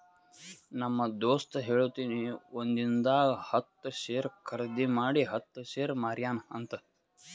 ನಮ್ ದೋಸ್ತ ಹೇಳತಿನು ಒಂದಿಂದಾಗ ಹತ್ತ್ ಶೇರ್ ಖರ್ದಿ ಮಾಡಿ ಹತ್ತ್ ಶೇರ್ ಮಾರ್ಯಾನ ಅಂತ್